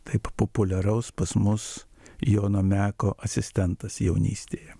taip populiaraus pas mus jono meko asistentas jaunystėje